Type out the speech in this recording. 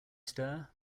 stir